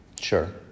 Sure